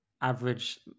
average